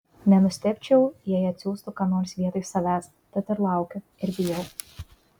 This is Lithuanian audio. nenustebčiau jei atsiųstų ką nors vietoj savęs tad ir laukiu ir bijau